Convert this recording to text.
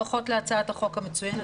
ברכות להצעת החוק המצוינת,